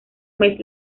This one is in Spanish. mes